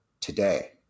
today